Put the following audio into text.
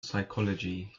psychology